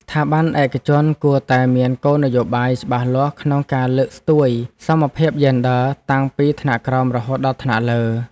ស្ថាប័នឯកជនគួរតែមានគោលនយោបាយច្បាស់លាស់ក្នុងការលើកស្ទួយសមភាពយេនឌ័រតាំងពីថ្នាក់ក្រោមរហូតដល់ថ្នាក់លើ។